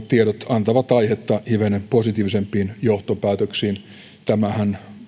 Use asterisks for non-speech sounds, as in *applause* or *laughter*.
*unintelligible* tiedot antavat aihetta hivenen positiivisempiin johtopäätöksiin tämä